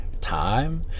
time